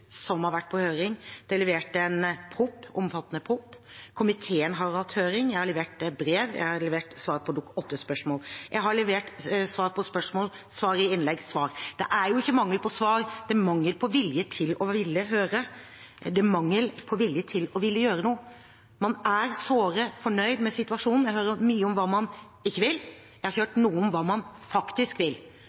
som har vært på høring, det er levert en omfattende proposisjon, komiteen har hatt høring, jeg har levert brev, jeg har levert svar på Dokument 8-forslag, jeg har levert svar på spørsmål, svar i innlegg. Det er jo ikke mangel på svar, det er mangel på vilje til å ville høre, det er mangel på vilje til å ville gjøre noe. Man er såre fornøyd med situasjonen. Jeg hører mye om hva man ikke vil, men jeg har ikke hørt noe om hva man faktisk vil.